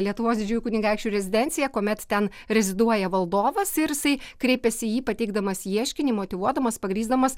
lietuvos didžiųjų kunigaikščių rezidenciją kuomet ten reziduoja valdovas ir jisai kreipėsi į jį pateikdamas ieškinį motyvuodamas pagrįsdamas